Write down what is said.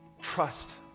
trust